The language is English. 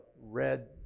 Red